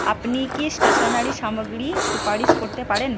আপনি কি স্টেশনারি সামগ্রী সুপারিশ করতে পারেন